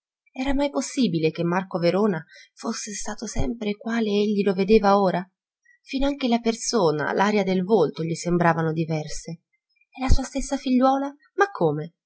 era mai possibile che marco verona fosse stato sempre quale egli lo vedeva ora finanche la persona l'aria del volto gli sembravano diverse e la sua stessa figliuola ma come